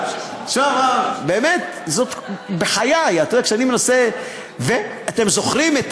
בחיי, אתם זוכרים את